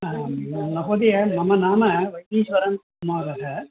आं म महोदय मम नाम ईश्वरन् नागः